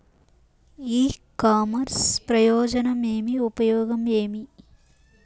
ఇ commerce ప్రయోజనం ఏమి? ఉపయోగం ఏమి?